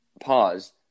pause